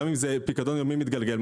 גם אם זה פיקדון יומי מתגלגל.